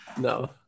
No